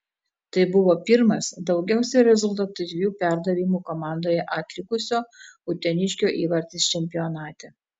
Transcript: tai buvo pirmas daugiausiai rezultatyvių perdavimų komandoje atlikusio uteniškio įvartis čempionate